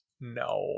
No